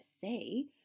say